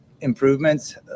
improvements